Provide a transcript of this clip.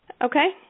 Okay